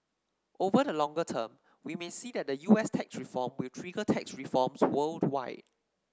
over the longer term we may see that the U S tax reform will trigger tax reforms worldwide